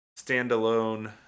standalone